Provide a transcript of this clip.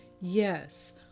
yes